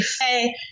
Hey